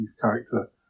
character